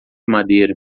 madeira